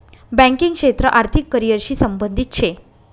banking क्षेत्र आर्थिक career शी संबंधित शे